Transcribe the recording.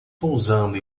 pousando